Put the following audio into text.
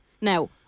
Now